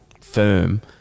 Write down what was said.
firm